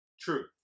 True